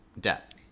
debt